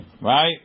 Right